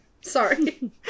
Sorry